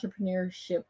Entrepreneurship